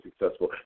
successful